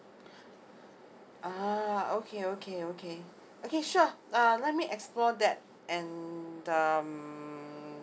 ah okay okay okay okay sure uh let me explore that and mm